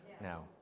now